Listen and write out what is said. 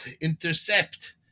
intercept